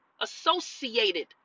associated